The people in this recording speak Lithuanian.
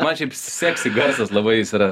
man šiaip seksi garsas labai jis yra